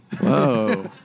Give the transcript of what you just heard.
Whoa